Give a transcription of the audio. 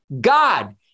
God